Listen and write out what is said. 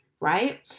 right